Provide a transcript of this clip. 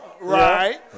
right